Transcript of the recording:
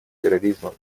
терроризмом